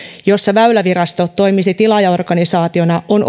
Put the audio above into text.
jossa väylävirasto toimisi tilaajaorganisaationa on